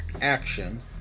action